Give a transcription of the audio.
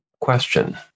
question